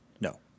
No